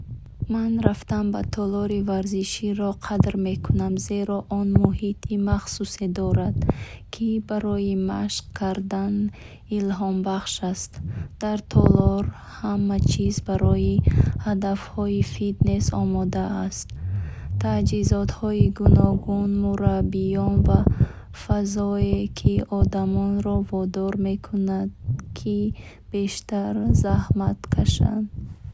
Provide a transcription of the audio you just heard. Ман рафтан ба толори варзиширо қадр мекунам, зеро он муҳити махсусе дорад, ки барои машқ кардан илҳомбахш аст. Дар толор ҳама чиз барои ҳадафҳои фитнес омода аст. Таҷҳизоти гуногун, мураббиён ва фазое, ки одамро водор мекунад, ки бештар заҳмат кашад.